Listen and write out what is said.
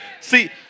See